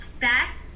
back